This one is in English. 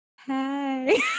Hey